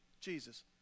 Jesus